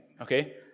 Okay